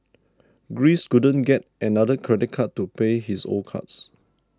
Greece couldn't get another credit card to pay his old cards